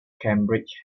cambridge